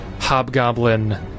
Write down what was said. hobgoblin